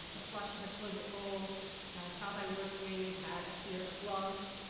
the flush of a toilet bowl, a child i worked with had a fear of gloves.